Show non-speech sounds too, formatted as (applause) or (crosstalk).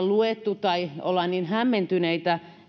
(unintelligible) luettu tai ollaan niin hämmentyneitä